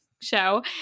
show